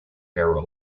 barrel